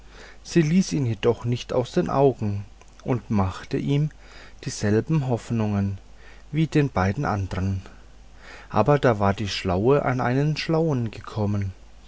sie ließ ihn jedoch nicht aus den augen und machte ihm dieselben hoffnungen wie den beiden andern aber da war die schlaue an einen schlauen gekommen